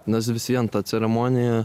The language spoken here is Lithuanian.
nes vis vien ta ceremonija